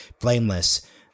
blameless